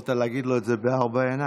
יכולת להגיד לו את זה בארבע עיניים,